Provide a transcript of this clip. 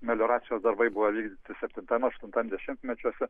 melioracijos darbai buvo vykdyti septintam aštuntam dešimtmečiuose